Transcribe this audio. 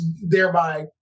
thereby